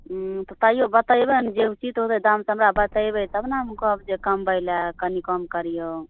हूँ तऽ तैयो बतेबै ने जे उचित होयतै दाम से हमरा बतेबै तब ने हम कहब जे कमबे लऽ कनि कम करिऔ